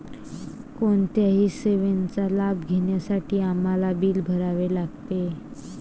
कोणत्याही सेवेचा लाभ घेण्यासाठी आम्हाला बिल भरावे लागते